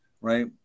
right